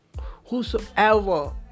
whosoever